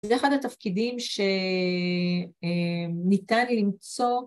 זה אחד התפקידים שניתן למצוא.